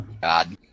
god